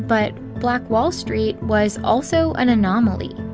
but black wall street was also an anomaly.